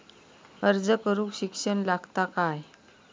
अर्ज करूक शिक्षण लागता काय?